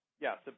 Yes